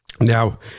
now